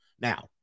Now